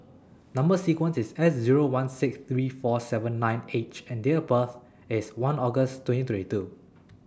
Number sequence IS S Zero one six three four seven nine H and Date of birth IS one August twenty twenty two